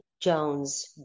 jones